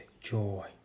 joy